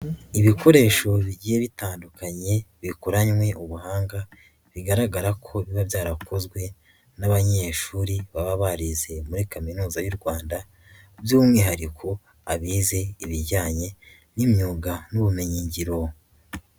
Ibikoresho bigiye bitandukanye bikoranywe ubuhanga, bigaragara ko biba byarakozwe n'abanyeshuri baba barize muri Kaminuza y'u Rwanda by'umwihariko abize ibijyanye n'imyuga n'ubumenyinngiro.